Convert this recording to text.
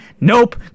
nope